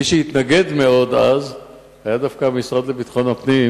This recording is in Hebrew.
מי שהתנגד מאוד אז היה דווקא המשרד לביטחון הפנים,